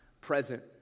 present